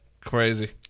crazy